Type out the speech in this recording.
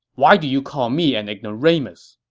why do you call me an ignoramus?